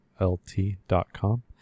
lt.com